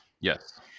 Yes